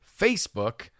Facebook